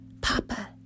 Papa